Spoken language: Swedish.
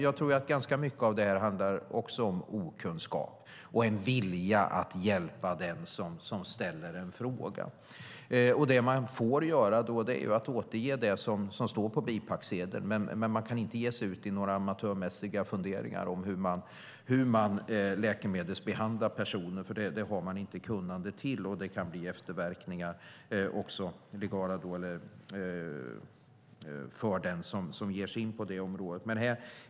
Jag tror att ganska mycket av detta handlar om okunskap och en vilja att hjälpa den som ställer en fråga. Det man får göra är att återge det som står på bipacksedeln, men man får inte ge sig ut i några amatörmässiga funderingar om hur man läkemedelsbehandlar personer, för det har man inte kunnande till, och det kan bli efterverkningar, också legala, för den som ger sig in på det området.